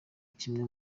kimwe